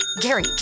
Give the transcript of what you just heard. Gary